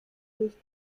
nicht